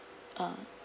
uh